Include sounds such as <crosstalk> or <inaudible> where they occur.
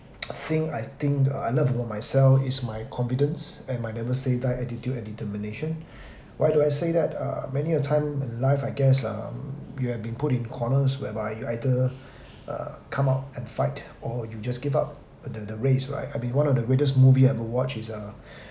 <noise> thing I think uh I love about myself is my confidence and my never say die attitude and determination why do I say that uh many of time in life I guess um you have been put in corners where you either come out and fight or you just give up the the race right I mean one of the greatest movie I've ever watched is uh